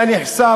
היה נחשף,